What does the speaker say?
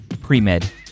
Pre-Med